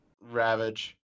Ravage